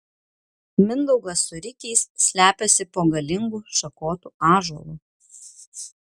mindaugas su rikiais slepiasi po galingu šakotu ąžuolu